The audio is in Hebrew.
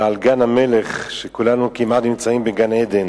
ועל גן-המלך, וכולנו כמעט נמצאים בגן-עדן